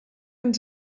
ens